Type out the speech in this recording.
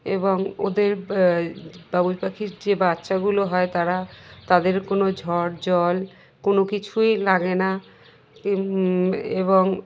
এবং ওদের বাবুই পাখির যে বাচ্চাগুলো হয় তারা তাদের কোনো ঝড় জল কোনো কিছুই লাগে না এবং